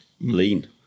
Lean